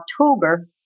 October